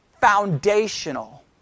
Foundational